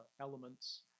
elements